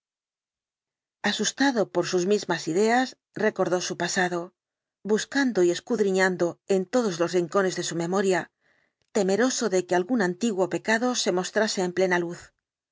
asustado por sus mismas ideas recordó su pasado buscando y escudriñando en todos los rincones de su memoria temeroso en busca del sr hyde de que algún antiguo pecado se mostrase en plena luz